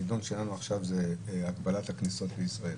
והדיון שלנו עכשיו הוא הגבלת הכניסות לישראל.